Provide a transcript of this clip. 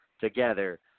together